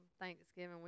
Thanksgiving